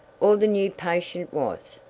or the new patient was?